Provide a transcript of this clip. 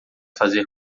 fazer